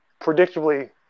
predictably